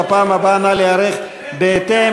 בפעם הבאה נא להיערך בהתאם.